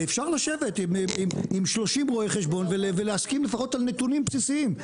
ואפשר לשבת עם 30 רואי חשבון ולהסכים לפחות על נתונים בסיסיים,